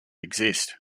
exist